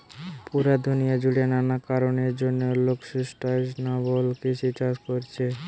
পুরা দুনিয়া জুড়ে নানা কারণের জন্যে লোক সুস্টাইনাবল কৃষি চাষ কোরছে